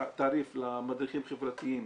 התעריף למדריכים החברתיים,